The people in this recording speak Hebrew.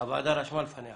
רשמה בפניה